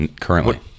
currently